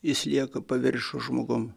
jis lieka paviršio žmogum